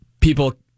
People